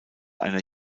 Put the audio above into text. einer